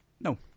No